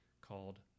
called